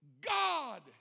God